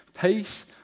peace